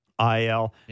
IL